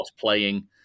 playing